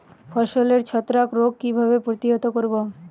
ফসলের ছত্রাক রোগ কিভাবে প্রতিহত করব?